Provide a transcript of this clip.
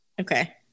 okay